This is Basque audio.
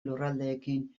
lurraldeekin